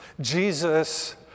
Jesus